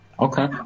Okay